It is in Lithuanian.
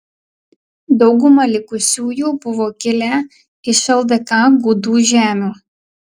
dauguma likusiųjų buvo kilę iš ldk gudų žemių